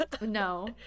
No